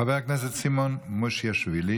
חבר הכנסת סימון מושיאשוילי,